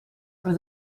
are